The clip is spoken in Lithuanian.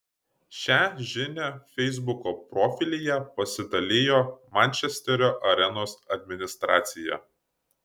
šia žinia feisbuko profilyje pasidalijo mančesterio arenos administracija